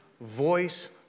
voice